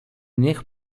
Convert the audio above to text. niech